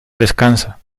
descansa